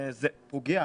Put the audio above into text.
זה פוגע.